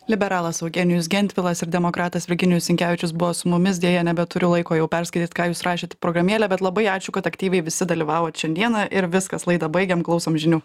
liberalas eugenijus gentvilas ir demokratas virginijus sinkevičius buvo su mumis deja nebeturiu laiko jau perskaityt ką jūs rašėt į programėlę bet labai ačiū kad aktyviai visi dalyvavot šiandiena ir viskas laidą baigiam klausom žinių